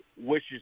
wishes